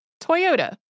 Toyota